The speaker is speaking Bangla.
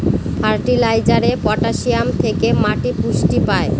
ফার্টিলাইজারে পটাসিয়াম থেকে মাটি পুষ্টি পায়